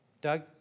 Doug